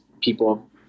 people